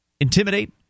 intimidate